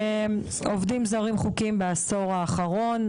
העובדים הזרים החוקיים בעשור האחרון,